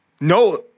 no